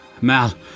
Mal